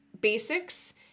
basics